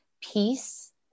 peace